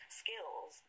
skills